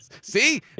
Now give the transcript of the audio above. See